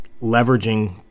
leveraging